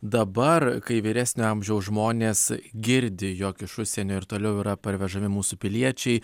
dabar kai vyresnio amžiaus žmonės girdi jog iš užsienio ir toliau yra parvežami mūsų piliečiai